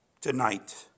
tonight